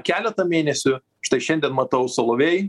keletą mėnesių štai šiandien matau solovej